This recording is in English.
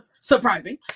Surprising